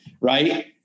Right